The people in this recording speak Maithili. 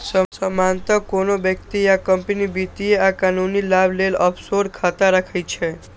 सामान्यतः कोनो व्यक्ति या कंपनी वित्तीय आ कानूनी लाभ लेल ऑफसोर खाता राखै छै